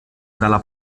dalla